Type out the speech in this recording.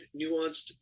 nuanced